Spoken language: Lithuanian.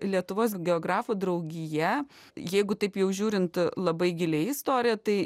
lietuvos geografų draugija jeigu taip jau žiūrint labai giliai į istoriją tai